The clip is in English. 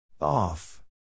Off